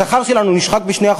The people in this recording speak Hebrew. השכר שלנו נשחק ב-2%,